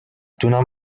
دونم